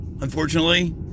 unfortunately